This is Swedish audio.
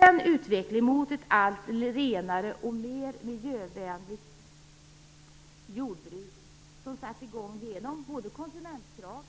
Den utveckling mot ett allt renare och mer miljövänligt jordbruk som satts i gång till följd av konsumentkrav,